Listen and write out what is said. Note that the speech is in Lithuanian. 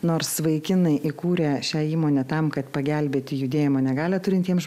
nors vaikinai įkūrę šią įmonę tam kad pagelbėti judėjimo negalią turintiems